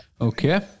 Okay